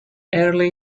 early